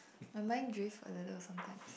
my mind drift a little sometimes